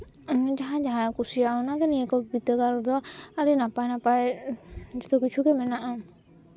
ᱡᱟᱦᱟᱸᱭ ᱡᱟᱦᱟᱸ ᱠᱩᱥᱤᱭᱟᱜ ᱼᱟᱭ ᱚᱱᱟ ᱠᱚ ᱱᱤᱭᱟᱹ ᱵᱤᱫᱽᱫᱟᱹᱜᱟᱲ ᱨᱮᱫᱚ ᱟᱹᱰᱤ ᱱᱟᱯᱟᱭ ᱱᱟᱯᱟᱭ ᱡᱷᱚᱛᱚ ᱠᱤᱪᱷᱩ ᱜᱮ ᱢᱮᱱᱟᱜᱼᱟ